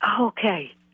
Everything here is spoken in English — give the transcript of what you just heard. Okay